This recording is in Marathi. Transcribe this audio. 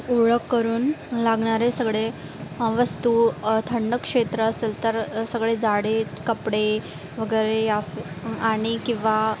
ओळख करून लागणारे सगळे वस्तू थंड क्षेत्र असेल तर सगळे जाडे कपडे वगैरे आफ आणि किंवा